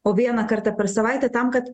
o vieną kartą per savaitę tam kad